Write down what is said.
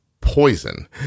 poison